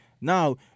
Now